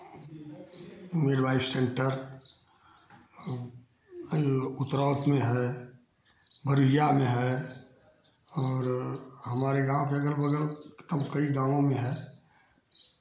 mid wife centre और उत्तरावत में है भरोइया में है और हमारे गाँव के अगल बगल कई गाँवों में है